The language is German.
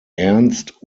ernst